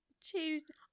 Tuesday